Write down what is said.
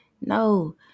No